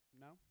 No